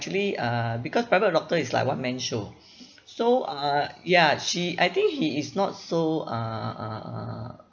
actually uh because private doctor is like one man show so uh yeah she I think he is not so uh uh uh